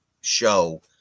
show